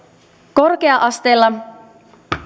korkea asteella